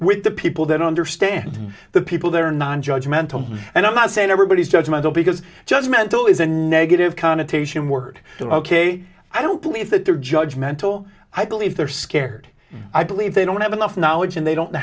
with the people that understand the people that are nonjudgmental and i'm not saying everybody judge mental because judge mental is a negative connotation word ok i don't believe that they're judge mental i believe they're scared i believe they don't have enough knowledge and they don't know